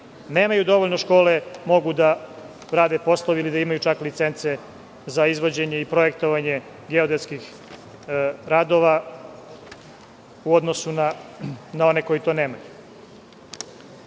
nemaju dovoljno škole mogu da rade poslove ili da imaju čak licence za izvođenje i projektovanje geodetskih radova u odnosu na one koji to nemaju.U